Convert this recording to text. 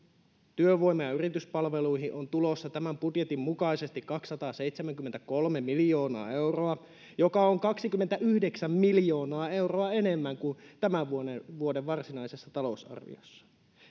työvoima ja yrityspalveluihin on tulossa tämän budjetin mukaisesti kaksisataaseitsemänkymmentäkolme miljoonaa euroa joka on kaksikymmentäyhdeksän miljoonaa euroa enemmän kuin tämän vuoden vuoden varsinaisessa talousarviossa